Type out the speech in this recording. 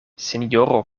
sinjoro